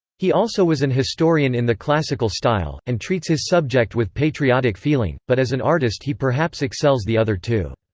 he also was an historian in the classical style, and treats his subject with patriotic feeling but as an artist he perhaps excels the other two.